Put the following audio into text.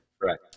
right